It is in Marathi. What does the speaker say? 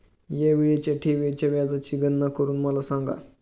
या वेळीच्या ठेवीच्या व्याजाची गणना करून मला सांगा